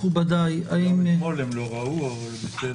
גם אתמול הם לא ראו, אבל בסדר.